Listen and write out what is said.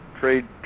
trade